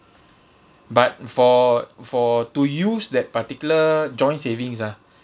but for for to use that particular joint savings ah